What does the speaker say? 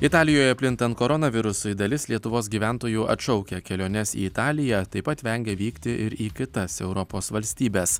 italijoje plintant koronavirusui dalis lietuvos gyventojų atšaukia keliones į italiją taip pat vengia vykti ir į kitas europos valstybes